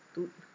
two